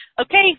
Okay